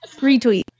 Retweet